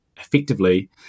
effectively